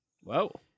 whoa